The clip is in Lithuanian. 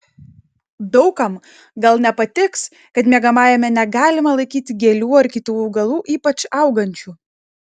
daug kam gal nepatiks kad miegamajame negalima laikyti gėlių ar kitų augalų ypač augančių